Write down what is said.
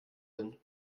bin